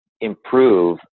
improve